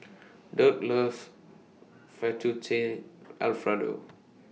Dirk loves Fettuccine Alfredo